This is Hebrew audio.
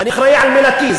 אני אחראי על מילתי.